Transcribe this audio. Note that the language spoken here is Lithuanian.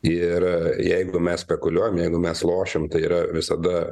ir jeigu mes spekuliuojam jeigu mes lošim tai yra visada